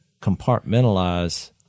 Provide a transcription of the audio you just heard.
compartmentalize